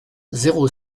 zéro